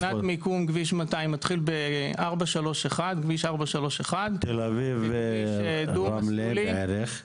מבחינת מיקום כביש 200 מתחיל בכביש 431. תל אביב-רמלה בערך.